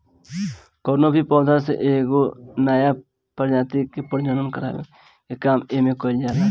कवनो भी पौधा से एगो नया प्रजाति के प्रजनन करावे के काम एमे कईल जाला